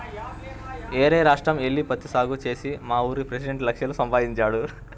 యేరే రాష్ట్రం యెల్లి పత్తి సాగు చేసి మావూరి పెసిడెంట్ లక్షలు సంపాదించాడు